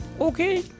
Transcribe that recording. Okay